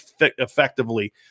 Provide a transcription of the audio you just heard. effectively